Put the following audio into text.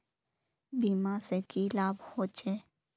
बीमा से की लाभ होचे?